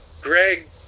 greg